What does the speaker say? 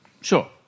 Sure